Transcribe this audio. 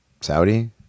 Saudi